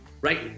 right